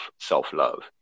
self-love